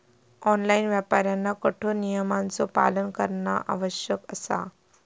online व्यापाऱ्यांना कठोर नियमांचो पालन करणा आवश्यक असा